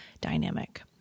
dynamic